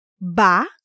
ba